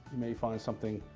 may find something,